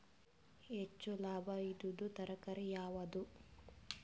ಹೆಚ್ಚು ಲಾಭಾಯಿದುದು ತರಕಾರಿ ಯಾವಾದು?